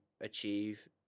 achieve